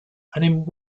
and